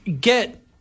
get